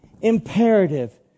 imperative